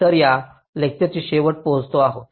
तर आपण या लेक्चरच्या शेवटी पोहोचलो आहोत